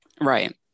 right